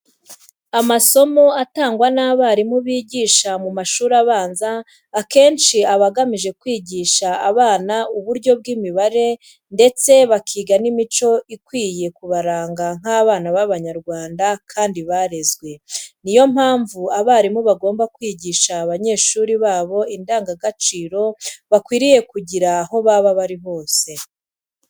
Amasomo atangwa n'abarimu bigisha mu mashuri abanza akenshi aba agamije kwigisha abana uburyo bw'imibanire ndetse bakiga n'imico ikwiye kubaranga nk'abana b'Abanyarwanda kandi barezwe. Ni yo mpamvu, abarimu bagomba kwigisha abanyeshuri babo indangagaciro bakwiriye kugira aho baba bari hose.